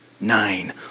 nine